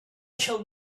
shall